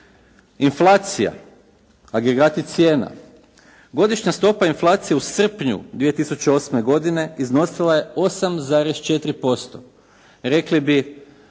Inflacija, agregati cijena. Godišnja stopa inflacije u srpnju 2008. godine iznosila je 8,4%.